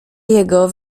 jego